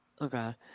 Okay